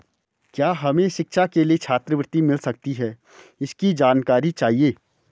क्या हमें शिक्षा के लिए छात्रवृत्ति मिल सकती है इसकी जानकारी चाहिए?